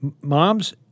Moms